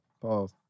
Pause